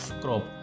crop